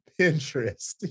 Pinterest